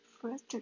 First